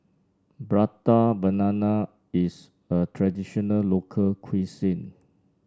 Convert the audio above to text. Prata Banana is a traditional local cuisine